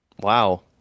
Wow